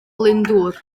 glyndŵr